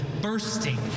bursting